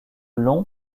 long